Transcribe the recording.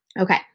Okay